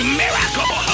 miracle